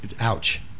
Ouch